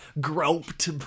groped